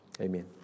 Amen